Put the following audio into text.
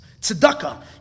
Tzedakah